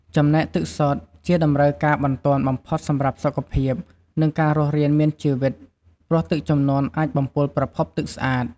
ចំណែកទឹកសុទ្ធ ជាតម្រូវការបន្ទាន់បំផុតសម្រាប់សុខភាព និងការរស់រានមានជីវិត ព្រោះទឹកជំនន់អាចបំពុលប្រភពទឹកស្អាត។